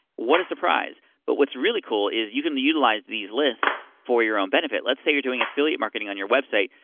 what a surprise. but what's really cool is you can utilize these lists for your own benefit. let's say you're doing affiliate marketing on your website,